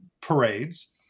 parades